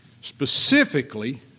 Specifically